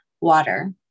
water